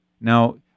Now